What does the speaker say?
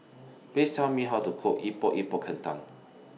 Please Tell Me How to Cook Epok Epok Kentang